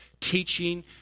teaching